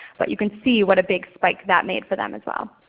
but you can see what a big spike that made for them as well.